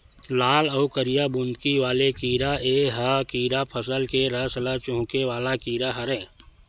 लाल अउ करिया बुंदकी वाला कीरा ए ह कीरा फसल के रस ल चूंहके वाला कीरा हरय